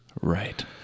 Right